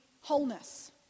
wholeness